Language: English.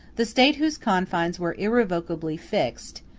the states whose confines were irrevocably fixed,